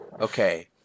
okay